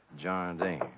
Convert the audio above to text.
Jardine